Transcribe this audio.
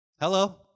Hello